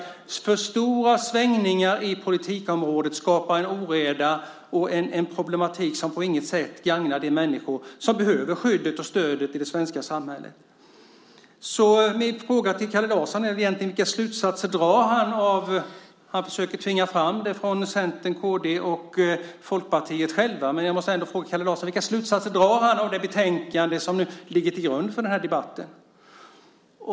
För stora svängningar i politikområdet skapar en oreda och en problematik som på inget sätt gagnar de människor som behöver skyddet och stödet i det svenska samhället. Min fråga till Kalle Larsson är egentligen vilka slutsatser Kalle Larsson drar. Han försöker tvinga fram svaret från Centern, kd och Folkpartiet själva, men jag måste ändå fråga Kalle Larsson vilka slutsatser han drar av det betänkande som ligger till grund för den här debatten.